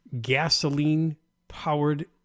gasoline-powered